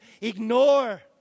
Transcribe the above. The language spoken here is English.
ignore